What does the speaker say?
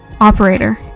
Operator